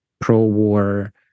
pro-war